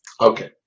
Okay